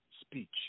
speech